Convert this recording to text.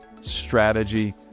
strategy